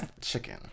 chicken